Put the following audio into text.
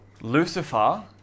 Lucifer